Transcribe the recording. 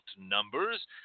numbers